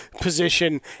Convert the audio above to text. position